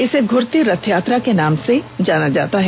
इसे घूरती रथयात्रा के नाम से जाना जाता है